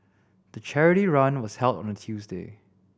the charity run was held on a Tuesday